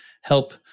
help